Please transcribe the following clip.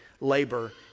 labor